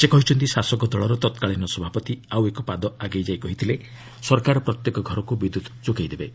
ସେ କହିଛନ୍ତି ଶାସକ ଦଳର ତ୍କାଳୀନ ସଭାପତି ଆଉ ଏକ ପାଦ ଆଗେଇ ଯାଇ କହିଥିଲେ ସରକାର ପ୍ରତ୍ୟେକ ଘରକୁ ବିଦ୍ୟୁତ୍ ଯୋଗାଇ ଦେବେ